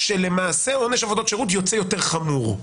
שלמעשה עונש עבודות שירות יוצא יותר חמור.